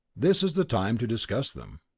this is the time to discuss them.